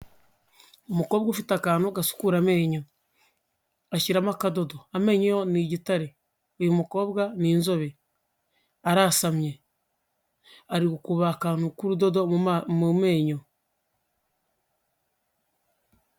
Umukobwa ufite akantu gasukura amenyo, ashyiramo akadodo, amenyo yo ni igitare, uyu mukobwa ni inzobe, arasamye, ari gukuba akantu k'urudodo mu menyo.